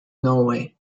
norway